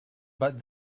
but